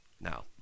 Now